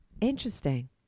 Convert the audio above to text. interesting